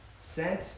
sent